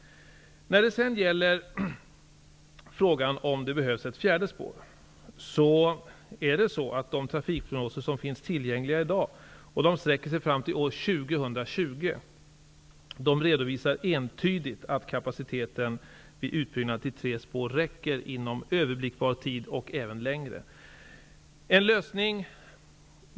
När det gäller frågan om huruvida det behövs ett fjärde spår redovisas det entydigt i de trafikprognoser som i dag finns tillgängliga -- och de sträcker sig fram till år 2020 -- att kapaciteten vid utbyggnad till tre spår är tillräcklig inom överblickbar tid och även längre fram.